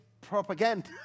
propaganda